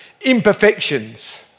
imperfections